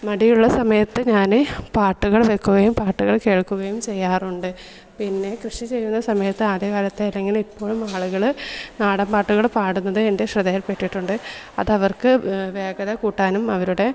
മടിയുള്ള സമയത്ത് ഞാൻ പാട്ടുകൾ വെക്കുകയും പാട്ടുകൾ കേൾക്കുകയും ചെയ്യാറുണ്ട് പിന്നെ കൃഷി ചെയ്യുന്ന സമയത്ത് ആദ്യകാലത്തെ അല്ലെങ്കിൽ ഇപ്പോഴും ആളുകൾ നാടൻപാട്ടുകൾ പാടുന്നത് എൻ്റെ ശ്രദ്ധയിൽ പെട്ടിട്ടുണ്ട് അതവർക്ക് വേ വേഗത കൂട്ടാനും അവരുടെ